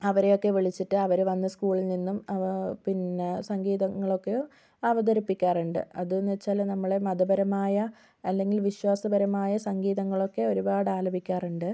അവരെയൊക്കെ വിളിച്ചിട്ട് അവർ വന്ന് സ്കൂളിൽ നിന്നും അവ പിന്നെ സംഗീതങ്ങളൊക്കെ അവതരിപ്പിക്കാറുണ്ട് അതെന്ന് വെച്ചാൽ നമ്മൾ മതപരമായ അല്ലെങ്കിൽ വിശ്വാസപരമായ സംഗീതങ്ങളൊക്കെ ഒരുപാട് ആലപിക്കാറുണ്ട്